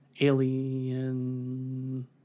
Alien